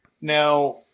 Now